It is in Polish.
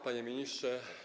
Panie Ministrze!